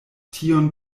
tiun